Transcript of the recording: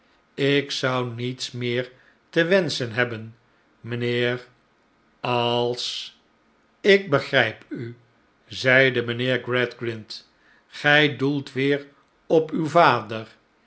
ik zou niets meer te wenschen hebben mijnheer als ik begrijp u zeide mijnheer gradgrind gij doelt weer op uw vader